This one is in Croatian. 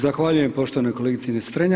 Zahvaljujem poštovanoj kolegici Ines Strenja.